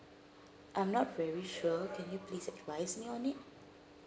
I'm not very sure can you please advise me on it